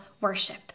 worship